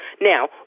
Now